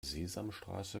sesamstraße